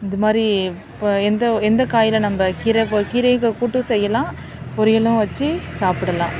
இந்த மாதிரி இப்போ எந்த எந்த காயில் நம்ப கீரை கீரைக் கூட்டும் செய்யலாம் பொரியலும் வச்சு சாப்பிடலாம்